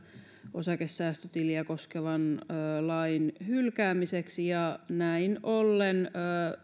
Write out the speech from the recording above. osakesäästötiliä koskevan lain hylkäämiseksi näin ollen